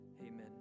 Amen